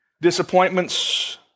Disappointments